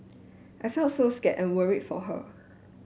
I felt so scared and worried for her